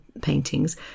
paintings